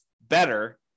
better